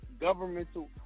governmental